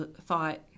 thought